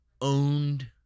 owned